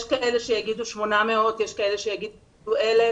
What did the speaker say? יש כאלה שיאמרו 800, יש כאלו שיאמרו 1,000,